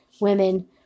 women